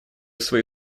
свои